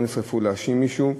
לא נסחפו להאשים מישהו,